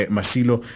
Masilo